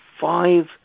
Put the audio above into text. five